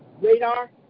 radar